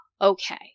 Okay